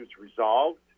resolved